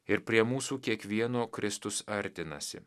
ir prie mūsų kiekvieno kristus artinasi